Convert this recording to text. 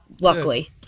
luckily